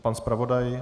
Pan zpravodaj?